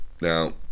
Now